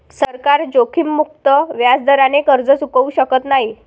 सरकार जोखीममुक्त व्याजदराने कर्ज चुकवू शकत नाही